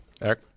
Eric